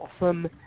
awesome